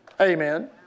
Amen